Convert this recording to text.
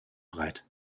breit